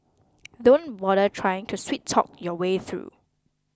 don't bother trying to sweet talk your way through